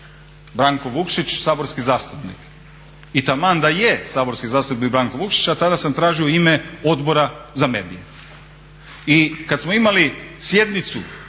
Branko Vukšić, saborski zastupnik. I taman da je saborski zastupnik Branko Vukšić, a tada sam tražio u ime Odbora za medije. I kad smo imali sjednice,